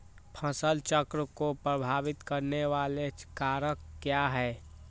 फसल चक्र को प्रभावित करने वाले कारक क्या है?